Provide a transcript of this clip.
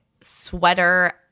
sweater